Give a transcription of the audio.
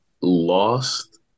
lost